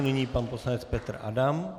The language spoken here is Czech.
Nyní pan poslanec Petr Adam.